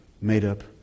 made-up